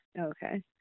Okay